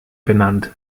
benannt